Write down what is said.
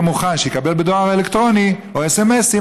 מוכן לקבל בדואר האלקטרוני או בסמ"סים,